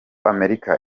amerika